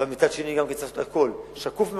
אבל מצד שני גם צריך לעשות הכול שקוף מאוד,